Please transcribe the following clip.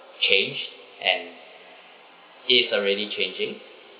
change and is already changing